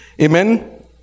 Amen